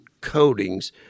coatings